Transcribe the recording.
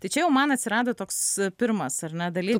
tai čia jau man atsirado toks pirmas ar ne dalykas